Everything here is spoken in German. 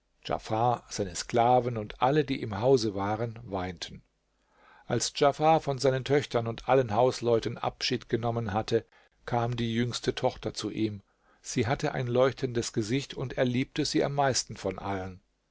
seine sklaven und alle die im hause waren weinten als djafar von seinen töchtern und allen hausleuten abschied genommen hatte kam die jüngste tochter zu ihm sie hatte ein leuchtendes gesicht und er liebte sie am meisten von allen